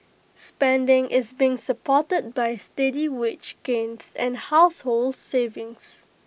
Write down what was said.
spending is being supported by steady wage gains and household savings